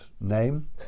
name